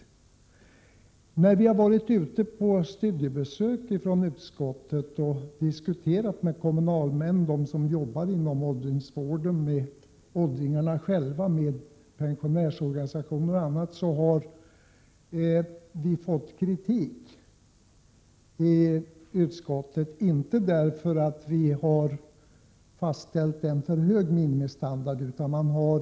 När vi i utskottet har varit ute på studiebesök och diskuterat med kommunalmän, anställda inom åldringsvården, åldringarna själva, pensionärsorganisationer m.fl. har vi fått kritik. Den har inte gällt att vi har fastställt en för hög minimistandard.